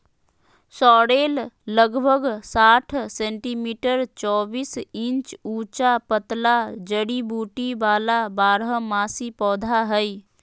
sorrel लगभग साठ centimetre चौबीस इंच ऊंचा पतला जड़ी बूटी वाला बारहमासी पौधा हइ